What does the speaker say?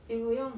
eh 我用